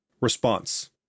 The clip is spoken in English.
Response